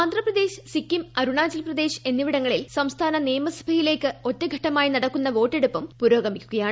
ആന്ധാപ്രദേശ് സിക്കിം അരുണാച്ച്ൽപ്രദേശ് എന്നിവിടങ്ങളിൽ സംസ്ഥാന നിയമസഭയിലേയ്ക്കുള്ളൂ ഒറ്റ്ഘട്ടമായി നടക്കുന്ന വോട്ടെടുപ്പും പുരോഗമിക്കുകയാണ്